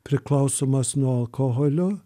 priklausomas nuo alkoholio